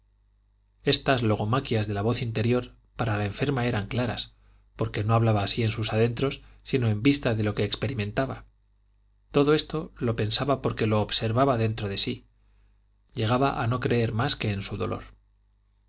padeces estas logomaquias de la voz interior para la enferma eran claras porque no hablaba así en sus adentros sino en vista de lo que experimentaba todo esto lo pensaba porque lo observaba dentro de sí llegaba a no creer más que en su dolor